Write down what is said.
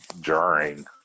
jarring